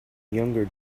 younger